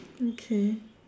okay